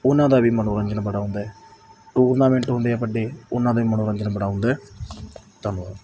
ਉਹਨਾਂ ਦਾ ਵੀ ਮਨੋਰੰਜਨ ਬੜਾ ਹੁੰਦਾ ਟੂਰਨਾਮੈਂਟ ਹੁੰਦੇ ਆ ਵੱਡੇ ਉਹਨਾਂ ਦੇ ਮਨੋਰੰਜਨ ਬੜਾ ਹੁੰਦਾ ਆ ਧੰਨਵਾਦ